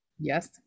Yes